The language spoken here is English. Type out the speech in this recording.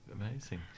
Amazing